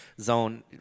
Zone